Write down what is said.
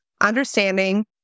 understanding